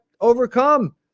overcome